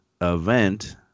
event